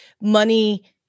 money